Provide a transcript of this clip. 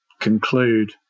conclude